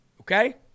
okay